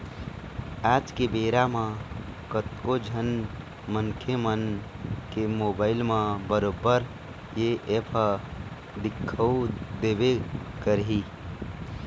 आज के बेरा म कतको झन मनखे मन के मोबाइल म बरोबर ये ऐप ह दिखउ देबे करही